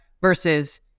versus